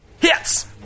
hits